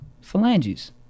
phalanges